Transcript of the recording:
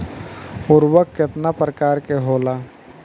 उर्वरक केतना प्रकार के होला?